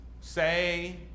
say